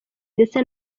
ndetse